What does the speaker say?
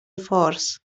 فارس